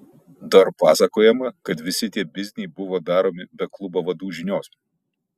dar pasakojama kad visi tie bizniai buvo daromi be klubo vadų žinios